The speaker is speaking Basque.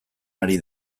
ari